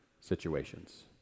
situations